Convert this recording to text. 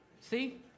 See